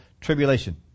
tribulation